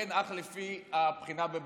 ייבחן אך לפי הבחינה בבגרות.